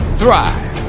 thrive